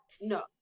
no